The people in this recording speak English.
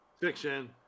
Fiction